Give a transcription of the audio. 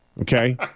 okay